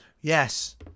Yes